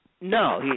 No